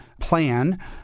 plan